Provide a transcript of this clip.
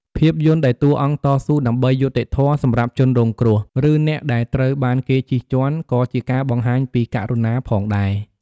ភាពយន្តដែលតួអង្គតស៊ូដើម្បីយុត្តិធម៌សម្រាប់ជនរងគ្រោះ ឬអ្នកដែលត្រូវបានគេជិះជាន់ ក៏ជាការបង្ហាញពីករុណាផងដែរ។